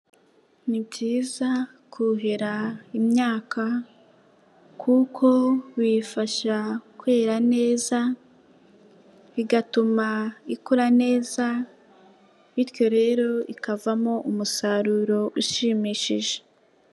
Ni byiza kuhira imyaka kuko biyifasha kwera neza, bigatuma ikura neza, bityo rero ikavamo umusaruro ushimishije.